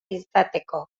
izateko